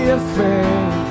afraid